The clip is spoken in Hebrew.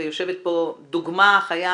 ויושבת פה דוגמה חיה,